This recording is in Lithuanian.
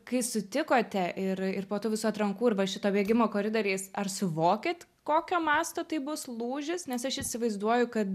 kai sutikote ir ir po tų visų atrankų ir va šito bėgimo koridoriais ar suvokėt kokio masto tai bus lūžis nes aš įsivaizduoju kad